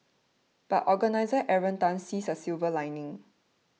but organiser Aaron Tan sees a silver lining